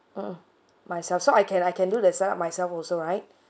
mmhmm myself so I can I can do they set up myself also right